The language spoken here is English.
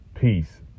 peace